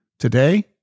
Today